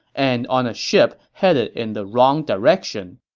and on a ship headed in the wrong direction.